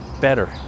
better